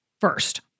first